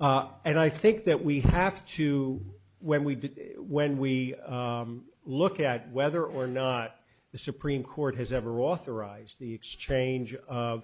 and i think that we have to when we did when we look at whether or not the supreme court has ever authorized the exchange of